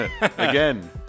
again